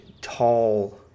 tall